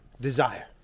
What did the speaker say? desire